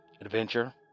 adventure